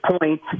point